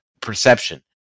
perception